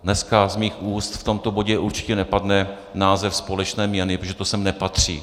Dneska z mých úst v tomto bodě určitě nepadne název společné měny, protože to sem nepatří.